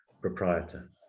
proprietor